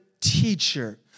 teacher